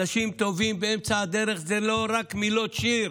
אנשים טובים באמצע הדרך זה לא רק מילות שיר,